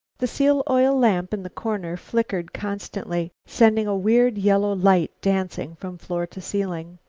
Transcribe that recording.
the seal-oil lamp in the corner flickered constantly, sending a weird yellow light dancing from floor to ceiling.